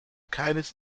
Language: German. keines